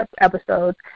episodes